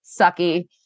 sucky